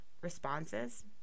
responses